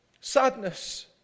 sadness